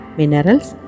minerals